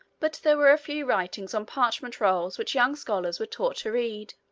but there were a few writings on parchment rolls which young scholars were taught to read.